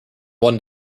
one